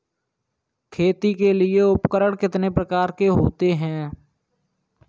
खेती के लिए उपकरण कितने प्रकार के होते हैं?